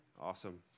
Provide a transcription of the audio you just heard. Awesome